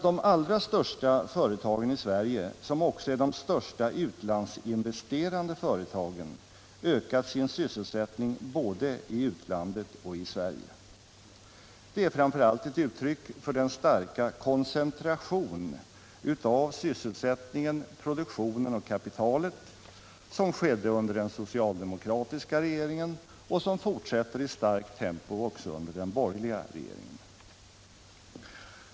De allra största företagen i Sverige, som också är de största utlandsinvesterande företagen, har ökat sin sysselsättning både i utlandet och i Sverige. Det är framför allt ett uttryck för den starka koncentration av sysselsättningen, produktionen och kapitalet som skedde under den socialdemokratiska regeringen och som fortsätter i starkt tempo också under den borgerliga regeringen.